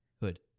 hood